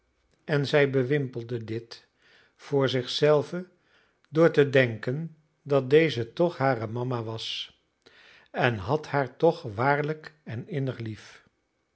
en zij bewimpelde dit voor zich zelve door te denken dat deze toch hare mama was en had haar toch waarlijk en innig lief